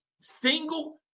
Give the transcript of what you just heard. single